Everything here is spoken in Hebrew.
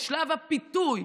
שלב הפיתוי,